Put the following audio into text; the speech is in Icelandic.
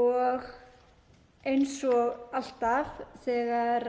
og eins og alltaf þegar